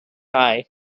eye